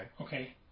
Okay